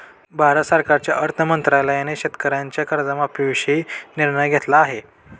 भारत सरकारच्या अर्थ मंत्रालयाने शेतकऱ्यांच्या कर्जमाफीविषयी निर्णय घेतला आहे